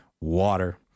water